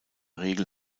regel